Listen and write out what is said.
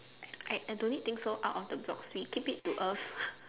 I I don't need think so out of the blocks leh keep it to earth